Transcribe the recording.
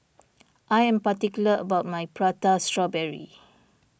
I am particular about my Prata Strawberry